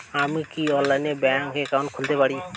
আমি কি অনলাইনে ব্যাংক একাউন্ট খুলতে পারি?